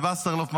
ווסרלאוף,